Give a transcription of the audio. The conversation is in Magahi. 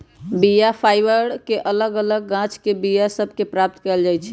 बीया फाइबर के अलग अलग गाछके बीया सभ से प्राप्त कएल जाइ छइ